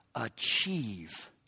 achieve